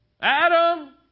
Adam